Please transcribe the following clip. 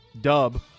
dub